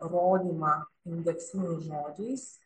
rodymą indeksiniais žodžiais